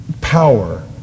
power